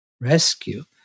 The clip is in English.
rescue